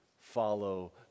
follow